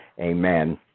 Amen